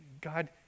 God